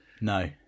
No